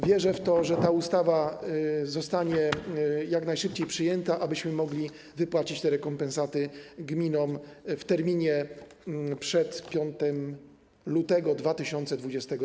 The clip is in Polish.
Wierzę, że ta ustawa zostanie jak najszybciej przyjęta, abyśmy mogli wypłacić rekompensaty gminom w terminie przed 5 lutego 2022 r.